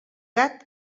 gat